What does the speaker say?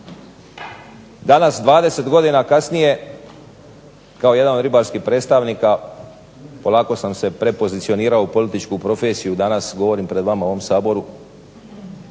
Danas 20 godina kasnije kao jedan od ribarskih predstavnika polako sam se pepozicionirao u političku profesiju. Danas govorim pred vama u ovom Saboru,